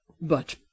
But